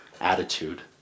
attitude